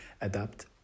Adapt